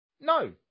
No